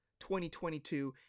2022